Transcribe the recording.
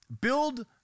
Build